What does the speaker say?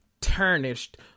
tarnished